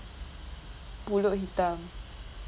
pulut hitam